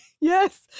Yes